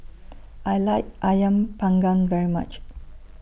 I like Ayam Panggang very much